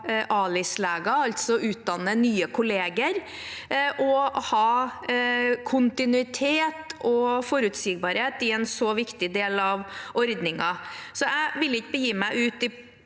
ALIS-leger – altså utdanne nye kolleger – og ha kontinuitet og forutsigbarhet i en så viktig del av ordningen. Jeg vil ikke begi meg ut